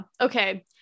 Okay